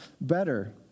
better